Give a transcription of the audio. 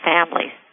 Families